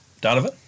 donovan